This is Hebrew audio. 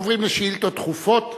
אנחנו עוברים לשאילתות דחופות.